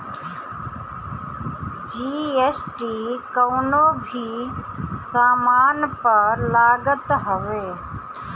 GST कवनो भी सामान पअ लागत हवे